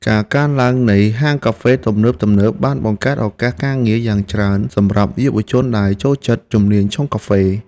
ការកើនឡើងនៃហាងកាហ្វេទំនើបៗបានបង្កើតឱកាសការងារយ៉ាងច្រើនសម្រាប់យុវជនដែលចូលចិត្តជំនាញឆុងកាហ្វេ។